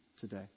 today